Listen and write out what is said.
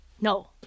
No